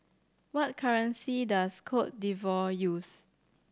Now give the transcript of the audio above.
what currency does Cote D'Ivoire use